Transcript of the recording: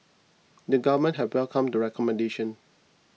the government had welcomed the recommendations